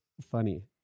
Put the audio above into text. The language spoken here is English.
funny